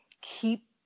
keep